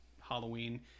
halloween